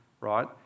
right